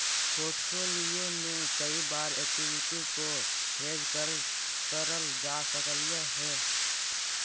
portfolio में कई बार एक्विटी को हेज करल जा सकलई हे